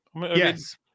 yes